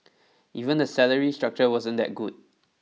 even the salary structure wasn't that good